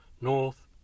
north